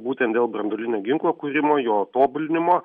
būtent dėl branduolinio ginklo kūrimo jo tobulinimo